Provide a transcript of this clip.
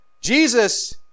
Jesus